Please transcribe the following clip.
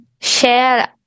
share